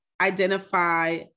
identify